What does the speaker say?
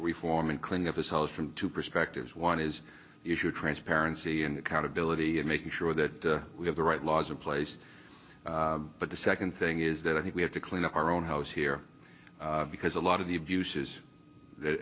reform and cleaning up his house from two perspectives one is the issue of transparency and accountability and making sure that we have the right laws in place but the second thing is that i think we have to clean up our own house here because a lot of the abuses that